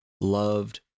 loved